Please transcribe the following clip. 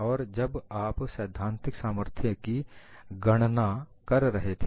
और जब आप सैद्धांतिक सामर्थ्य की गणना कर रहे थे